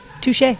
Touche